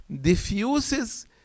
diffuses